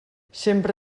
sempre